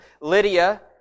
Lydia